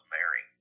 Mary